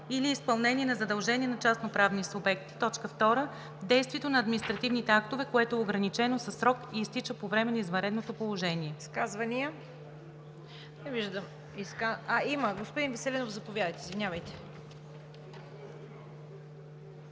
или изпълнение на задължения на частноправни субекти; 2. действието на административните актове, което е ограничено със срок и изтича по време на извънредното положение.“